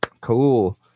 Cool